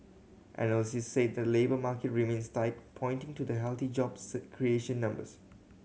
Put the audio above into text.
analysts say the labour market remains tight pointing to the healthy jobs creation numbers